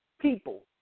people